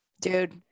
dude